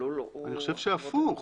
אני חושב שהפוך.